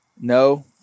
No